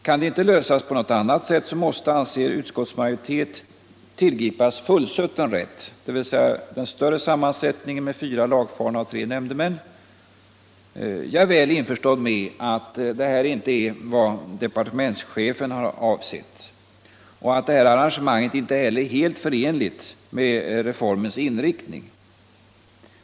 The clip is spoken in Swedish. Kan det inte lösas på något annat sätt måste, anser utskottets majoritet, tillgripas fullsutten rätt, dvs. den större sammansättningen med fyra lagfarna och tre nämndemän. Jag är väl införstådd med att detta inte har varit departementschefens avsikt och att arrangemanget inte heller är helt förenligt med reformens inriktning.